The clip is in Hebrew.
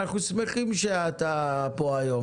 אנחנו שמחים שאתה פה היום,